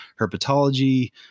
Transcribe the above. herpetology